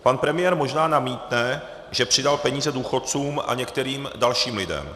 Pan premiér možná namítne, že přidal peníze důchodcům a některým dalším lidem.